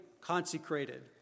consecrated